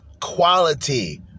quality